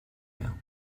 mehr